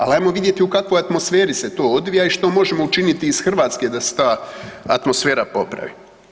Ali ajmo vidjeti u kakvoj atmosferi se to odvija i što možemo učiniti iz Hrvatske da se ta atmosfera popravi.